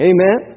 Amen